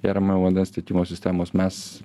geriamojo vandens tiekimo sistemos mes